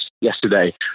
yesterday